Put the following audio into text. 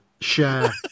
share